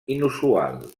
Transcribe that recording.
inusual